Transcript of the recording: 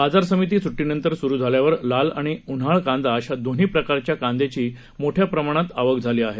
बाजार समिती सुट्टीनंतर सुरू झाल्यावर लाल आणि उन्हाळ कांदा अशा दोन्ही प्रकारच्या कांद्याची मोठ्या प्रमाणात आवक झाली आहे